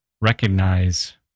recognize